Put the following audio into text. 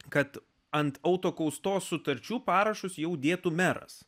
kad ant autokaustos sutarčių parašus jau dėtų meras